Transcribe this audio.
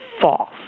false